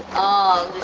of